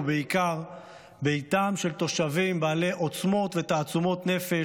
ובעיקר ביתם של תושבים בעלי עוצמות ותעצומות נפש,